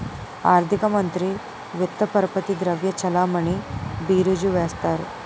ఆర్థిక మంత్రి విత్త పరపతి ద్రవ్య చలామణి బీరీజు వేస్తారు